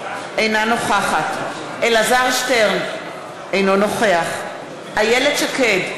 אינה נוכחת אלעזר שטרן, אינו נוכח איילת שקד,